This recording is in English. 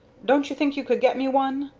don't you think you could get me one?